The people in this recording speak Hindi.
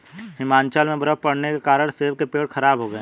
हिमाचल में बर्फ़ पड़ने के कारण सेब के पेड़ खराब हो गए